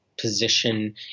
Position